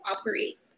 operate